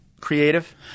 Creative